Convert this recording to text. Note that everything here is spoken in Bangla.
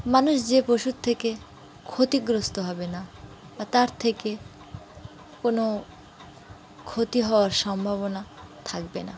মানুষ যে পশুর থেকে ক্ষতিগ্রস্ত হবে না বা তার থেকে কোনো ক্ষতি হওয়ার সম্ভাবনা থাকবে না